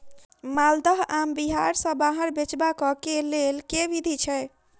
माल्दह आम बिहार सऽ बाहर बेचबाक केँ लेल केँ विधि छैय?